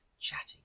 chatting